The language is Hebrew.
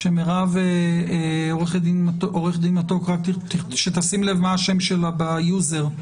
עו"ד מתוק שתשים לב מה השם שלה ביוזר.